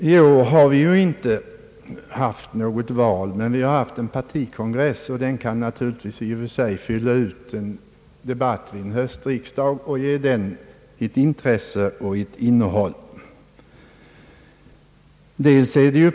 I år har vi ju inte haft något val. Men vi har haft en partikongress, och den kan naturligtvis i och för sig fylla ut en debatt vid en höstriksdag och ge den ett intresse och ett innehåll.